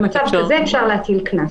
במצב כזה אפשר להטיל קנס.